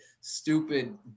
stupid